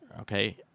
okay